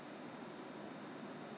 when you open the 时候开的时候他已经